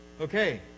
Okay